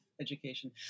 education